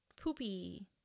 poopy